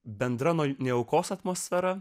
bendra nuo neaukos atmosfera